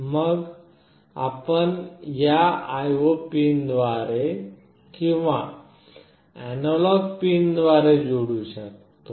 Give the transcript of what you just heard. आणि मग आपण या IO पिन द्वारे किंवा आपण अॅनालॉग पिन द्वारे जोडू शकतो